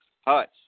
Hutch